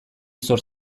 zor